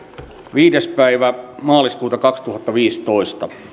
viides päivä maaliskuuta kaksituhattaviisitoista